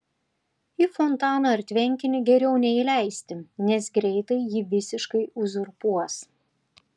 į fontaną ar tvenkinį geriau neįleisti nes greitai jį visiškai uzurpuos